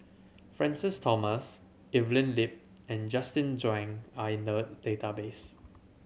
Francis Thomas Evelyn Lip and Justin Zhuang are in the database